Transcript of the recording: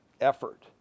effort